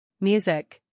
Music